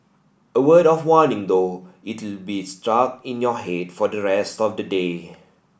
a word of warning though it'll be stuck in your head for the rest of the day